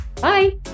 Bye